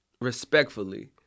respectfully